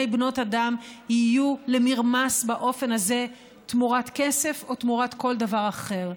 ובנות אדם יהיו למרמס באופן הזה תמורת כסף או תמורת כל דבר אחר.